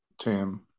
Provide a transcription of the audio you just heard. Tim